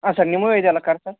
ಹಾಂ ಸರ್ ನಿಮ್ಮವೇ ಇದೆ ಅಲ್ಲ ಕಾರ್ ಸರ್